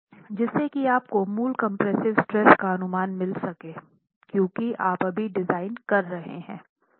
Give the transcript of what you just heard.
जिससे की आप को मूल कंप्रेसिव स्ट्रेस का अनुमान मिल सके क्योंकि आप अभी डिज़ाइन कर रहे हैं